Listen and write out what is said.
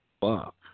Fuck